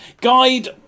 Guide